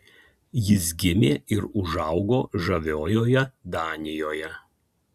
jis gimė ir užaugo žaviojoje danijoje